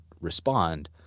respond